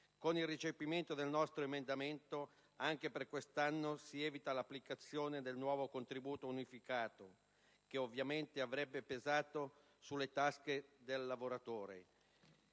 Con il recepimento del nostro emendamento anche per quest'anno si evita l'applicazione del nuovo contributo unificato, che ovviamente avrebbe pesato sulle tasche del lavoratore.